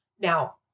Now